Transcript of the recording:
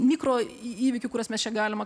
mikroįvykių kuriuos mes čia galim